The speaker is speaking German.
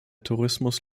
tourismus